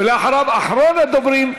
ואחריו, אחרון הדוברים,